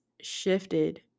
shifted